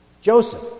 Joseph